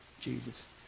Jesus